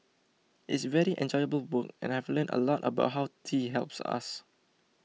it's very enjoyable work and I've learnt a lot about how tea helps us